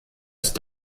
ist